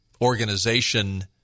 organization